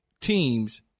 teams